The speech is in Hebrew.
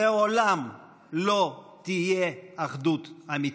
לעולם לא תהיה אחדות אמיתית.